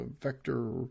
vector